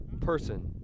person